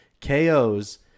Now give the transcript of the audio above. KOs